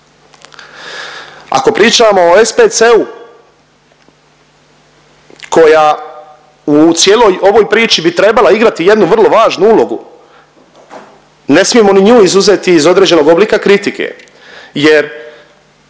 Ako pričamo o SPC-u koja u cijeloj ovoj priči bi trebala igrati jednu vrlo važnu ulogu ne smijemo ni nju izuzeti iz određenog oblika kritike jer